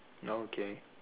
okay